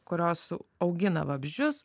kurios augina vabzdžius